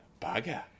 Bugger